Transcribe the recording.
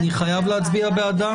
אני חייב להצביע בעדה?